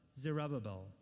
Zerubbabel